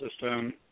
system